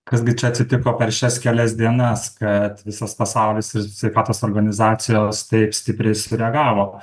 kas gi čia atsitiko per šias kelias dienas kad visos pasaulinės sveikatos organizacijos taip stipriai sureagavo